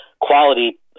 quality